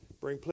Bring